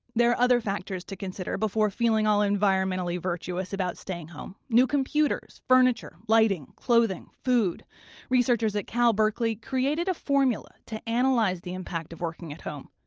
there are other factors to consider before feeling all environmentally virtuous about staying home new computers, furniture, lighting, clothing, food researchers at cal berkeley created a formula to analyze the impact of working at home.